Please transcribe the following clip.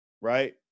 Right